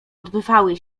odbywały